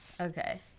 Okay